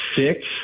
six